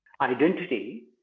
Identity